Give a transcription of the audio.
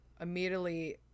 immediately